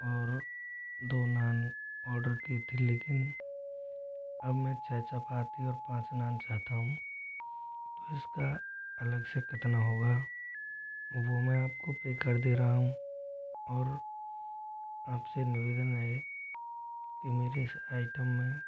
और दो नान ऑर्डर की थी लेकिन अब मैं छः चपाती और पाँच नान चाहता हूँ तो इसका अलग से कितना होगा वो मैं आपको पे कर दे रहा हूँ और आपसे निवेदन है कि मेरे इस आइटम में